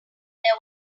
there